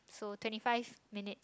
so twenty five minutes